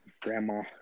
Grandma